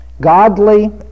Godly